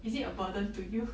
is it a burden to you